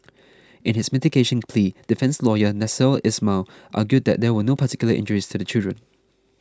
in his mitigation plea defence lawyer Nasser Ismail argued that there were no particular injuries to the children